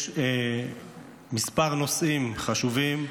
יש כמה נושאים חשובים,